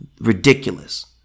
ridiculous